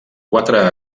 quatre